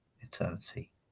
eternity